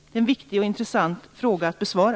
Det är en viktig och intressant fråga att besvara.